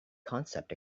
concept